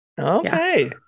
okay